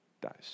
dies